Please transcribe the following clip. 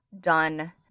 done